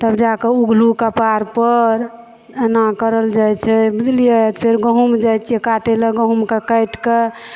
तब जाके उघलहुँ कपारपर एना करल जाइ छै बुझलियै फेर गहुँम जाइ छियै काटै लए गहुँमके काटिके